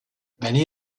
many